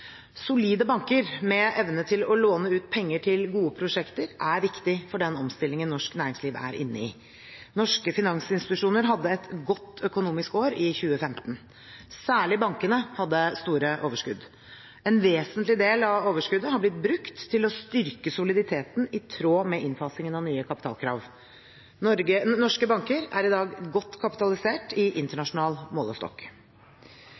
Solide banker med evne til å låne ut penger til gode prosjekter er viktig for den omstillingen norsk næringsliv er inne i. Norske finansinstitusjoner hadde et godt økonomisk år i 2015, særlig bankene hadde store overskudd. En vesentlig del av overskuddet har blitt brukt til å styrke soliditeten i tråd med innfasingen av nye kapitalkrav. Norske banker er i dag godt kapitalisert i